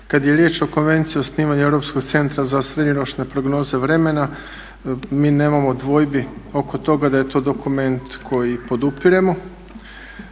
Kada je riječ o Konvenciji o osnivanju Europskog centra za srednjoročne prognoze vremena mi nemamo dvojbi oko toga da je to dokument koji podupiremo.